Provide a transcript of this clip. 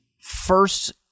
first